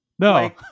No